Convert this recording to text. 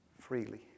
Freely